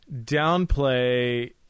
downplay